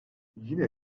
yine